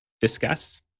discuss